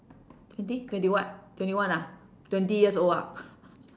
twenty twenty what twenty one ah twenty years old ah